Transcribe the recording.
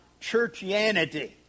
churchianity